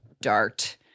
Dart